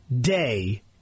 day